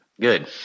Good